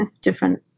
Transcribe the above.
different